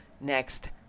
next